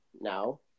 Now